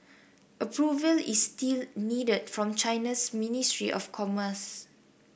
approval is still needed from China's ministry of commerce